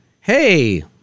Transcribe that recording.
hey